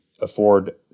afford